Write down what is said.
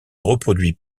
reproduit